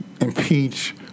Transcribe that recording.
impeach